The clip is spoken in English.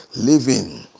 living